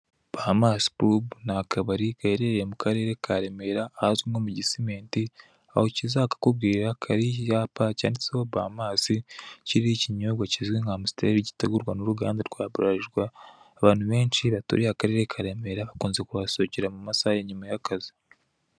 Bahamasi pubu ni akabari gaherereye mu karere ka Remera ahazwi nko mu gisimenti, ikizakakubwira kariho icyapa cyanditseho bahamasi, kiriho ikinyobwa kizwi nka amusiteli, gitegurwa n'uruganda rwa bularirwa, abantu benshi baturiye akarere ka remera bakunze kuhasohokera mu masaha ya nyuma y'akazi.